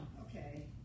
okay